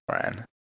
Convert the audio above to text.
friend